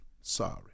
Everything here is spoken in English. Sorry